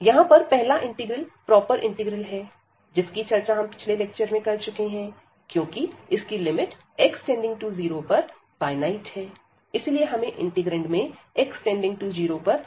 यहां पर पहला इंटीग्रल प्रॉपर इंटीग्रल है जिसकी चर्चा हम पिछले लेक्चर में कर चुके हैं क्योंकि इसकी लिमिट x0 पर फायनाइट है इसीलिए हमें इंटीग्रैंड में x0 पर कोई समस्या नहीं है